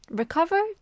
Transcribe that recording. recover